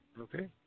Okay